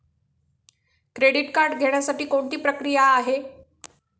Credit card घेण्यासाठी कोणती प्रक्रिया आहे?